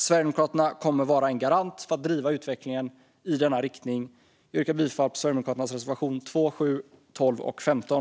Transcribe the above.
Sverigedemokraterna kommer att vara en garant för att utvecklingen drivs i denna riktning. Jag yrkar bifall till Sverigedemokraternas reservationer 2, 7, 12 och 15.